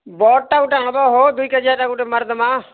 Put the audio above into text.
ବଡ଼୍ଟା ଗୁଟେ ଆଣବ୍ ହୋ ଦୁଇ କେଜିଆଟା ଗୁଟେ ମାରିଦେମାଁ